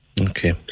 Okay